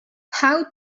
how